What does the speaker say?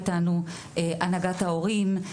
הנהגת ההורים,